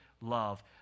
love